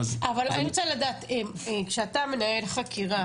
אבל אני רוצה לדעת, כשאתה מנהל חקירה